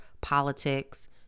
politics